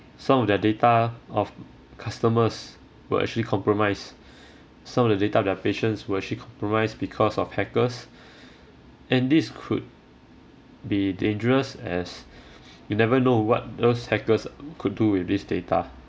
some of their data of customers were actually compromised some of the data of their patients were actually compromised because of hackers and this could be dangerous as you never know what those hackers could do with this data